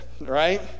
right